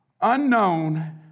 unknown